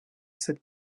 cette